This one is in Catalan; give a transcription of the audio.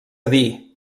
dir